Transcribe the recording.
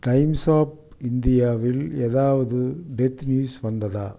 times of இந்தியாவில் எதாவது death news வந்ததா